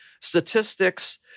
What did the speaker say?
statistics